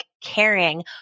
caring